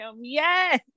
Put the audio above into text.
Yes